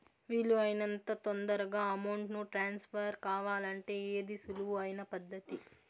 వీలు అయినంత తొందరగా అమౌంట్ ను ట్రాన్స్ఫర్ కావాలంటే ఏది సులువు అయిన పద్దతి